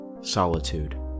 solitude